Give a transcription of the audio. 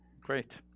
great